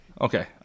Okay